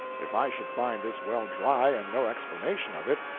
if i should find this well dry and no explanation of it,